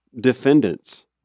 defendants